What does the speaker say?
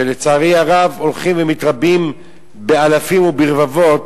שלצערי הרב הולכים ומתרבים באלפים וברבבות.